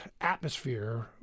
atmosphere